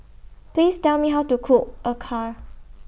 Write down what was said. Please Tell Me How to Cook Acar